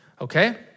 okay